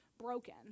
broken